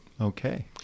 Okay